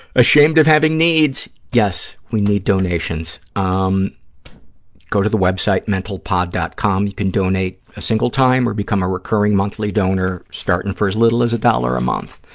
ashamed of having needs. yes, we need donations. um go to the web site, mentalpod. com. you can donate a single time or become a recurring monthly donor, starting for as little as a dollar a month,